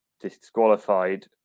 disqualified